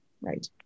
right